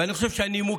ואני חושב שהנימוקים,